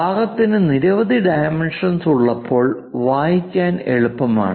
ഭാഗത്തിന് നിരവധി ഡൈമെൻഷൻസ് ഉള്ളപ്പോൾ വായിക്കാൻ എളുപ്പമാണ്